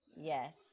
Yes